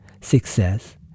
success